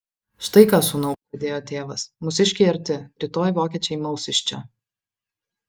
štai ką sūnau pradėjo tėvas mūsiškiai arti rytoj vokiečiai maus iš čia